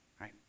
right